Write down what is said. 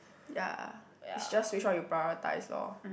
ya it's just which one you prioritise lor